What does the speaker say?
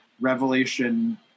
revelation